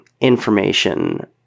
information